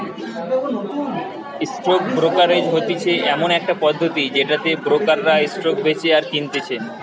stock brokerage হতিছে এমন একটা পদ্ধতি যেটাতে ব্রোকাররা স্টক বেচে আর কিনতেছে